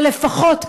אלא לפחות,